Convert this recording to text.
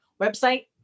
website